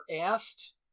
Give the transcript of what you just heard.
asked